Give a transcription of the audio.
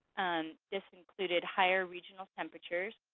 um this included higher regional temperatures,